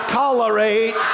tolerate